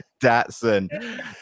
Datsun